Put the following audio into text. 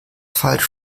falsch